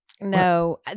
No